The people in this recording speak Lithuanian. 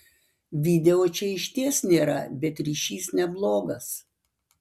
video čia išties nėra bet ryšys neblogas